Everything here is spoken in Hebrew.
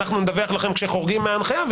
אנחנו נדווח לכם כשחורגים מההנחיה"